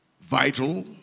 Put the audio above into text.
vital